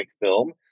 film